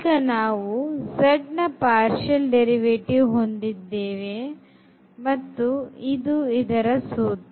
ಈಗ ನಾವು z ನ partial derivative ಹೊಂದಿದ್ದೇವೆ ಮತ್ತು ಇದೆ ಇದರ ಸೂತ್ರ